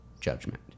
judgment